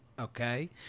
Okay